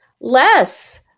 less